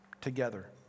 together